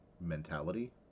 mentality